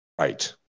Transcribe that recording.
right